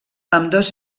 ambdós